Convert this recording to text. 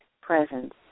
presence